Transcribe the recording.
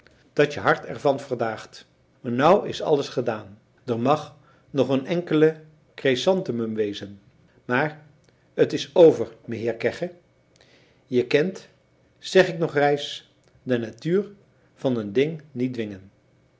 dat je hart er van verdaagt maar nou is alles gedaan der mag nog een enkele kresantemum wezen maar t is over meheer kegge je kent zeg ik nog reis de natuur van een ding niet dwingen